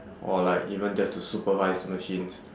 or like even just to supervise the machines